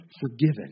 forgiven